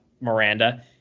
Miranda –